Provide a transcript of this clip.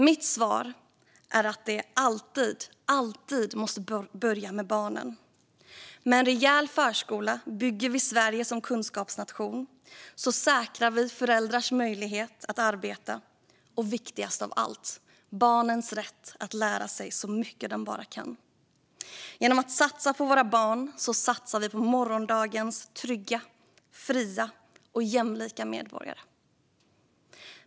Mitt svar är att det alltid måste börja med barnen. Med en rejäl förskola bygger vi Sverige som kunskapsnation. På det sättet säkrar vi föräldrarnas möjligheter att arbeta och, viktigast av allt, barnens rätt att lära sig så mycket de bara kan. Genom att satsa på våra barn satsar vi på morgondagens trygga, fria och jämlika medborgare.